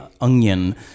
onion